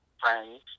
friends